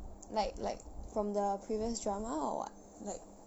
like like from the previous drama or what like